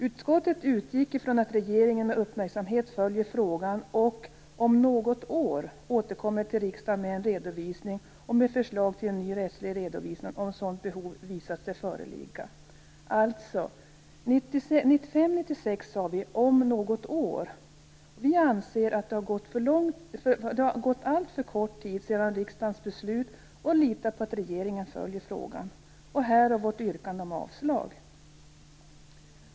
Utskottet utgick från att regeringen med uppmärksamhet följer frågan och att man om något år återkommer till riksdagen med en redovisning och med förslag till en ny rättslig redovisning om sådant behov visat sig föreligga. Alltså - 1995/1996 sade vi: om något år. Vi anser att det har gått alltför kort tid sedan riksdagens beslut och litar på att regeringen följer frågan. Därav vårt yrkande om avslag.